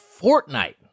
Fortnite